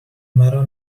مرا